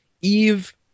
Eve